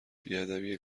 بیادبی